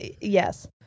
Yes